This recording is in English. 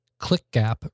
ClickGap